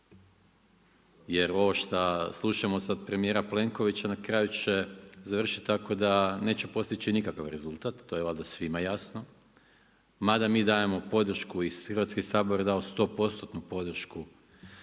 jer ovo šta slušamo sad premijera Plenkovića na kraju će završiti tako da neće postići nikav rezultat, to je valjda svima jasno mada mi dajemo podršku, i Hrvatski sabor je dao stopostotnu